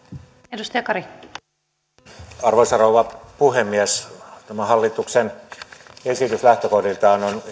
arvoisa arvoisa rouva puhemies tämä hallituksen esitys lähtökohdiltaan on